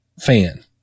fan